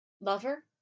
lover